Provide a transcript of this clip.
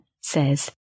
says